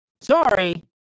Sorry